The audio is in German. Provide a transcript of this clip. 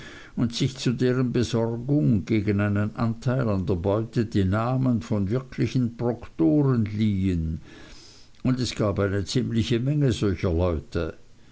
und sich zu deren besorgung gegen einen anteil an der beute die namen von wirklichen proktoren liehen und es gab eine ziemliche menge solcher leute